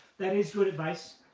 that is good advice.